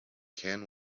caan